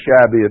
shabby